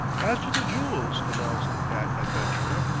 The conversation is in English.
as to the jewels, announced the fat adventurer,